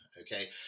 okay